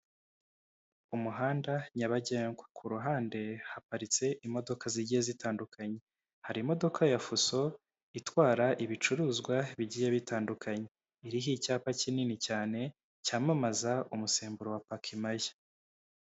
Umuhanda nyabagendwa ku ruhande haparitse imodoka zigiye zitandukanye hari imodoka ya fuso itwara ibicuruzwa bigiye bitandukanye iriho icyapa kinini cyane cyamamaza umusemburo wa pakimaya.